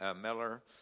Miller